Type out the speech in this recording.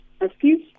Excuse